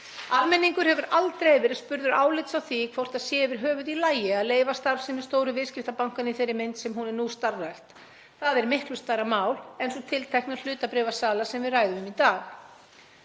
Almenningur hefur aldrei verið spurður álits á því hvort það sé yfir höfuð í lagi að leyfa starfsemi stóru viðskiptabankanna í þeirri mynd sem hún er nú starfrækt. Það er miklu stærra mál en sú tiltekna hlutabréfasala sem við ræðum í dag.